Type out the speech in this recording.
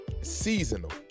seasonal